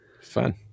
Fun